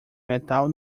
metal